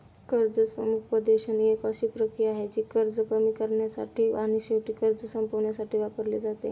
कर्ज समुपदेशन एक अशी प्रक्रिया आहे, जी कर्ज कमी करण्यासाठी आणि शेवटी कर्ज संपवण्यासाठी वापरली जाते